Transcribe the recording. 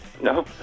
No